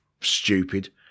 stupid